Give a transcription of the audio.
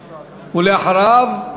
ואחריו,